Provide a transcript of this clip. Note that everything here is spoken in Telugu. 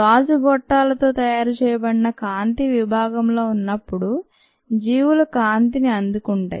గాజు గొట్టాలతో తయారు చేయబడిన కాంతి విభాగంలో ఉన్నప్పుడు జీవులు కాంతిని అందుకుంటాయి